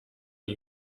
die